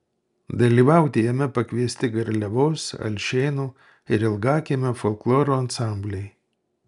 dalyvauti jame pakviesti garliavos alšėnų ir ilgakiemio folkloro ansambliai